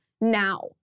now